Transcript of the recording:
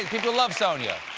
people love sonia.